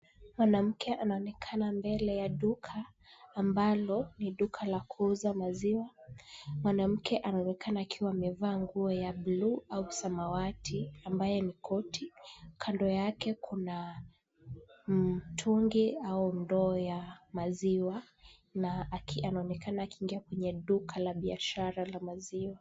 Mwanamke anaonekana mbele ya duka ambalo ni duka la kuuza maziwa. Mwanamke anaonekana akiwa amevaa nguo ya blue au samawati ambaye ni koti. Kando yake kuna mtungi au ndoo ya maziwa na anaonekana akiingia kwenye duka la biashara la maziwa.